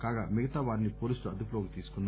కాగా మిగతా వారిని పోలీసులు అదుపులోకి తీసుకున్నారు